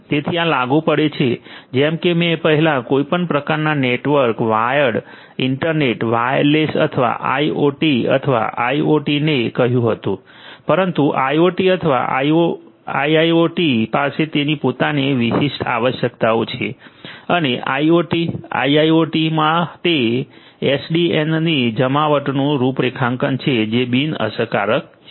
તેથી આ લાગુ પડે છે જેમ કે મેં પહેલા કોઈપણ પ્રકારના નેટવર્ક વાયર્ડ ઇન્ટરનેટ વાયરલેસ અથવા આઇઓટી અથવા આઇઆઓટીને કહ્યું હતું પરંતુ આઇઓટી અથવા આઇઆઇઓટી પાસે તેની પોતાની વિશિષ્ટ આવશ્યકતાઓ છે અને આઇઓટી આઈઆઈઓટી માટે એસડીએનની જમાવટનું રૂપરેખાંકન છે જે બિનઅસરકારક છે